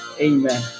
Amen